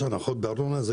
יש הנחות ארנונה?